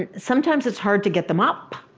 ah sometimes it's hard to get them up.